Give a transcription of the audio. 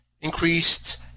increased